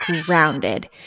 grounded